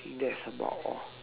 that's about all